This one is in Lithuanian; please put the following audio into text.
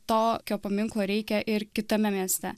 tokio paminklo reikia ir kitame mieste